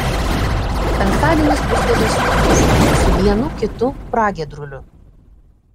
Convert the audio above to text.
penktadienis bus debesuotas su vienu kitu pragiedruliu